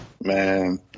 Man